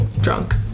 drunk